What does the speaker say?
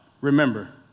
remember